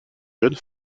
jeune